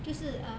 就是 ah